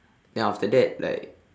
then after that like